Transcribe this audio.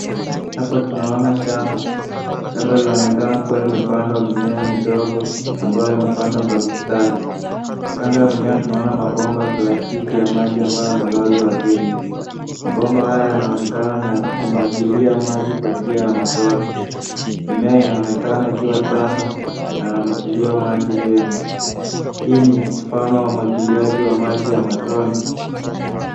Hapa tunaona shamba, shamba linaonekana kuwa limepandwa mimea midogo ambayo yamepandwa Kwa mistari, kando ya mimea tunaona mabomba ya plastiki ya maji ambayo yamelaswa arthini ,mapomba haya yanaonekana niyakumwagilia maji Kwa njia ya matone mimea inaonekana ikiwa changa na umwagiliaji wa maji vyema, hii ni mfano wa umwagiliaji wa maji wa matone.